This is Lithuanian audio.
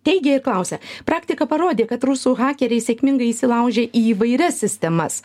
teigė klausė praktika parodė kad rusų hakeriai sėkmingai įsilaužė į įvairias sistemas